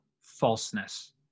falseness